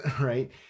right